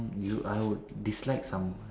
you I would dislike some